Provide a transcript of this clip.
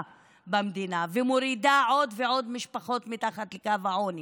במדינה ומורידה עוד ועוד משפחות מתחת לקו העוני,